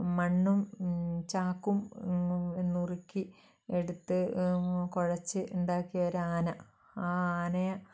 മണ്ണും ചാക്കും നുറുക്കി എടുത്ത് കുഴച്ച് ഉണ്ടാക്കിയ ഒരു ആന ആ ആനയെ